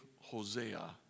Hosea